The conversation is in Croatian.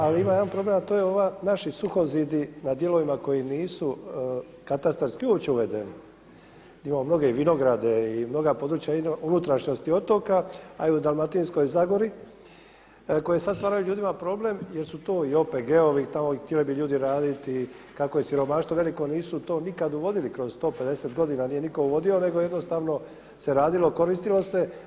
Ali ima jedan problem a to je ova, naši suhozidi na dijelovima koji nisu katastarski uopće uvedeni gdje imamo mnoge i vinograde i mnoga područja na unutrašnjosti otoka a i u Dalmatinskoj zagori koje sada stvaraju ljudima problem jer su to i OPG-ovi, htjeli bi ljudi raditi, kako je siromaštvo veliko nisu to nikada uvodili, kroz 150 godina nije nitko uvodi nego jednostavno se radilo, koristilo se.